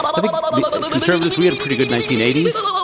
i think the conservatives, we had a pretty good nineteen eighty s.